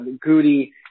Goody